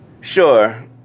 Sure